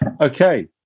Okay